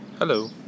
Hello